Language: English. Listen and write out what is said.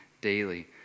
daily